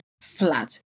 flat